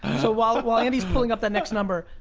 so, while while andy's pulling up the next number,